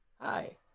Hi